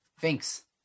Thanks